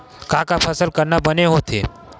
का का फसल करना बने होथे?